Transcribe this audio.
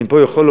אני יכול לומר